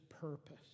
purpose